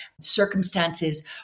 circumstances